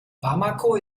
bamako